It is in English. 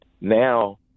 now